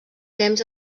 temps